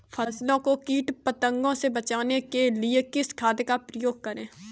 फसलों को कीट पतंगों से बचाने के लिए किस खाद का प्रयोग करें?